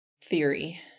theory